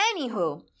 Anywho